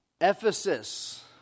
Ephesus